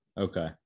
okay